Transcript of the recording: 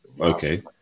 Okay